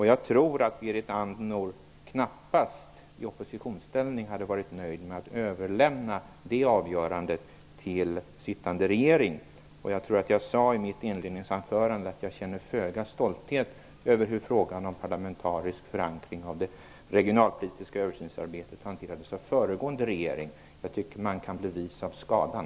Jag tror att Berit Andnor knappast i oppositionsställning hade varit nöjd med att överlämna det avgörandet till sittande regering. Jag sade i mitt inledningsanförande att jag känner föga stolthet över hur frågan om parlamentarisk förankring av det regionalpolitiska översynsarbetet hanterades av föregående regering. Jag tycker att man kan bli vis av skadan.